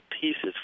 pieces